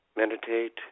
Meditate